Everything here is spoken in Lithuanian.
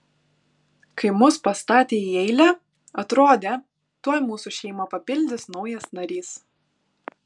kai mus pastatė į eilę atrodė tuoj mūsų šeimą papildys naujas narys